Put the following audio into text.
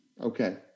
Okay